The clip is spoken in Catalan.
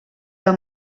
del